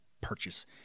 purchase